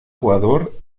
jugador